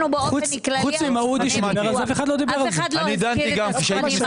חוץ ממעודי שדיבר על זה, אף אחד לא דיבר על זה.